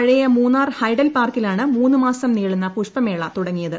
പഴയ മൂന്നാർ ഹൈഡൽ പാർക്കിലാണ് മൂന്ന് മാസം നീളുന്ന പുഷ്പമേള തുടങ്ങിയത്